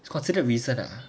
it's considered recent ah